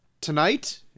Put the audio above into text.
Tonight